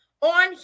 on